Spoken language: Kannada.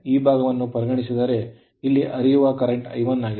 ಈ ಭಾಗವನ್ನು ಪರಿಗಣಿಸಿದರೆ ಇಲ್ಲಿ ಹರಿಯುವ ಪ್ರವಾಹವು I1 ಆಗಿದೆ